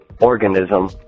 organism